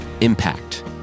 impact